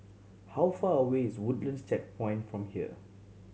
how far away is Woodlands Checkpoint from here